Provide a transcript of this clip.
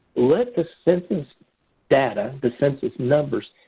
let the census data, the census numbers,